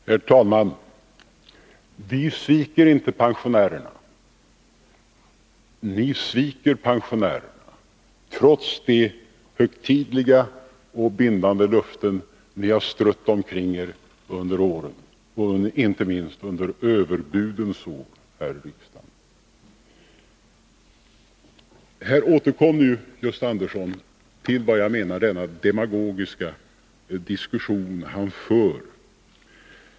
Herr talman! Vi sviker inte pensionärerna. Ni sviker pensionärerna, trots de högtidliga och bindande löften ni har strött omkring er under åren, inte minst under överbudens år här i riksdagen. Gösta Andersson återkom till den demagogiska diskussion jag menar att han för.